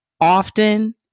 often